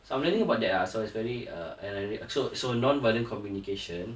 so I'm learning about that ah so it's very uh and I rea~ err so so non violent communication